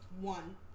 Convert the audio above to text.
One